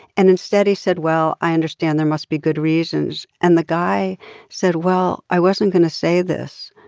and instead he said, well, i understand there must be good reasons. and the guy said, well, i wasn't going to say this,